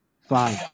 fine